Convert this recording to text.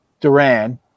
Duran